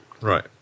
Right